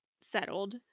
settled